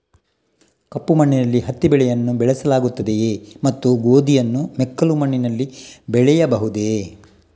ಕಪ್ಪು ಮಣ್ಣಿನಲ್ಲಿ ಹತ್ತಿ ಬೆಳೆಯನ್ನು ಬೆಳೆಸಲಾಗುತ್ತದೆಯೇ ಮತ್ತು ಗೋಧಿಯನ್ನು ಮೆಕ್ಕಲು ಮಣ್ಣಿನಲ್ಲಿ ಬೆಳೆಯಬಹುದೇ?